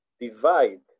divide